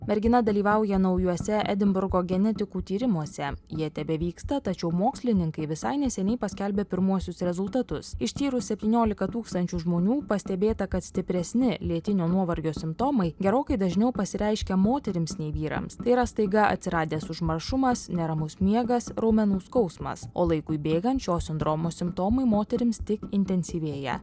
mergina dalyvauja naujuose edinburgo genetikų tyrimuose jie tebevyksta tačiau mokslininkai visai neseniai paskelbė pirmuosius rezultatus ištyrus septyniolika tūkstančių žmonių pastebėta kad stipresni lėtinio nuovargio simptomai gerokai dažniau pasireiškia moterims nei vyrams tai yra staiga atsiradęs užmaršumas neramus miegas raumenų skausmas o laikui bėgant šio sindromo simptomai moterims tik intensyvėja